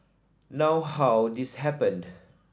now how this happened